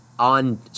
on